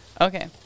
Okay